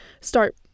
start